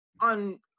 on